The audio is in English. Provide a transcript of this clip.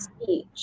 speech